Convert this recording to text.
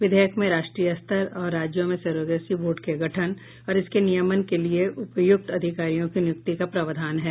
विधेयक में राष्ट्रीय स्तर और राज्यों में सरोगेसी बोर्ड के गठन और इसके नियमन के लिए उपयुक्त अधिकारियों की नियुक्ति का प्रावधान है